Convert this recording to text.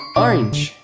orange